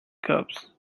cups